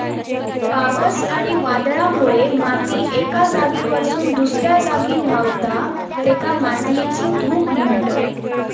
पावस आणि वादळामुळे माती एका जागेवरसून दुसऱ्या जागी व्हावता, तेका मातयेची धूप म्हणतत